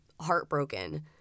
heartbroken